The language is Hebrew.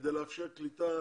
כדי לאפשר קליטה